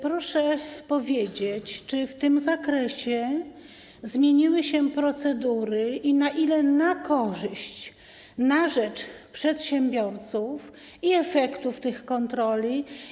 Proszę powiedzieć: Czy w tym zakresie zmieniły się procedury i na ile na korzyść, na rzecz przedsiębiorców i efektów tych kontroli?